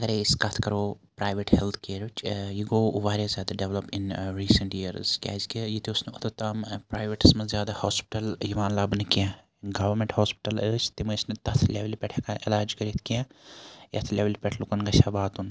اَگَرَے أسۍ کتھ کَرو پرایویٹ ہیٚلتھ کیرٕچ یہِ گوٚو واریاہ زیادٕ ڈیٚولَپ اِن ریٖسینٛٹ ییٚرٕس کیازِ کہِ ییٚتہِ اوس نہٕ اوٚتَتھ تام پرایویٹَس مَنٛز زیادٕ ہوسپِٹَل یِوان لَبنہٕ کینٛہہ گورمیٚنٹ ہوسپِٹَل ٲسۍ تِم ٲسۍ نہٕ تَتھ لیولہِ پیٹھ ہیٚکان علاج کٔرِتھ کینٛہہ یتھ لیٚولہِ پیٹھ لُکَن گَژھِ ہا واتُن